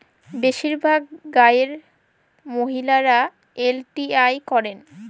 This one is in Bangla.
বেশিরভাগ গাঁয়ের মহিলারা এল.টি.আই করেন